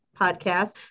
podcast